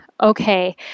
okay